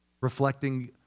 reflecting